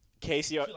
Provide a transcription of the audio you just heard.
Casey